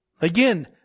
Again